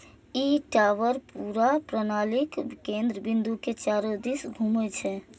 ई tower पूरा प्रणालीक केंद्र बिंदु के चारू दिस घूमै छै